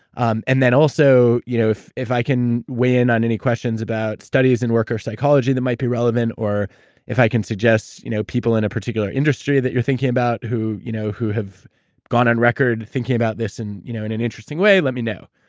um and then also, you know if if i can weigh in on any questions about studies and worker psychology that might be relevant or if i can suggest you know people in a particular industry that you're thinking about who you know who have gone on record thinking about this in you know in an interesting way, let me know.